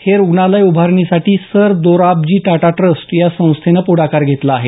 हे रुग्णालय उभारणीसाठी सर दोराबजी टाटा ट्रस्ट या संस्थेनं पुढाकार घेतला आहे